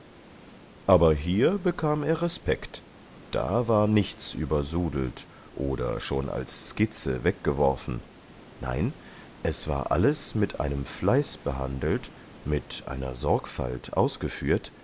aber hier bekam er respekt da war nichts übersudelt oder schon als skizze weggeworfen nein es war alles mit einem fleiß behandelt mit einer sorgfalt ausgeführt